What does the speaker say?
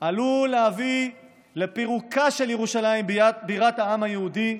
עלולה להביא לפירוקה של ירושלים, בירת העם היהודי,